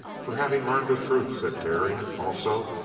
for having learned the truth, said terry. also,